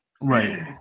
Right